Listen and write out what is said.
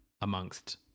amongst